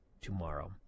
tomorrow